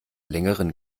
längeren